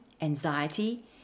anxiety